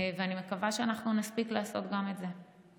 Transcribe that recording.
ואני מקווה שנספיק לעשות גם את זה.